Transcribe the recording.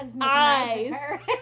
Eyes